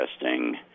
interesting